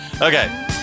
Okay